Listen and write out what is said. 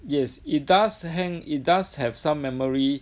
yes it does hang it does have some memory